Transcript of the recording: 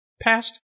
past